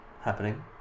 happening